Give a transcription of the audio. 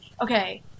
okay